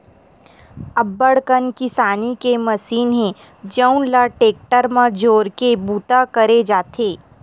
अब्बड़ कन किसानी के मसीन हे जउन ल टेक्टर म जोरके बूता करे जाथे